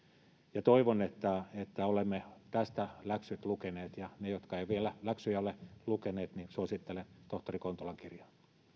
toivon että että olemme tästä läksymme lukeneet ja niille jotka eivät vielä läksyjään ole lukeneet suosittelen tohtori kontulan kirjaa